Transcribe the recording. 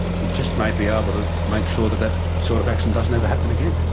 we just may be able to make sure that that sort of accident doesn't ever happen again.